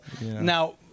now